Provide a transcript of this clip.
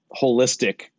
holistic